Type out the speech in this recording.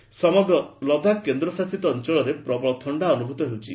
Ladakh cold ସମଗ୍ର ଲଦାଖ କେନ୍ଦ୍ରଶାସିତ ଅଞ୍ଚଳରେ ପ୍ରବଳ ଥଣ୍ଡା ଅନୁଭୂତ ହେଉଛି